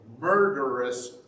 murderous